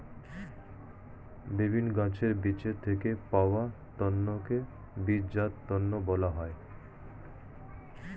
বিভিন্ন গাছের বীজের থেকে পাওয়া তন্তুকে বীজজাত তন্তু বলা হয়